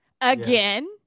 again